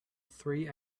three